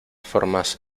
formas